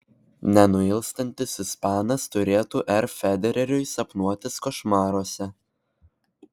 nenuilstantis ispanas turėtų r federeriui sapnuotis košmaruose